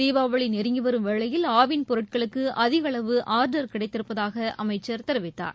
தீபாவளி நெருங்கி வரும் வேளையில் ஆவின் பொருட்களுக்கு அதிக அளவு ஆர்டர் கிடைத்திருப்பதாக அமைச்சர் தெரிவித்தார்